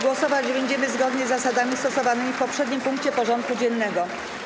Głosować będziemy zgodnie z zasadami stosowanymi w poprzednim punkcie porządku dziennego.